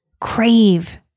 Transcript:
crave